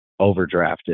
overdrafted